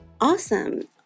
Awesome